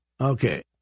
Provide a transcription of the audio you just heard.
Okay